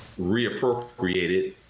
Reappropriated